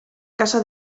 casa